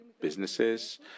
businesses